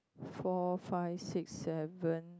four five six seven